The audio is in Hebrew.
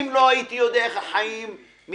אם לא הייתי יודע איך החיים מתקיימים,